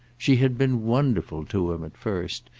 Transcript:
she had been wonderful to him at first,